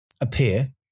appear